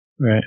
Right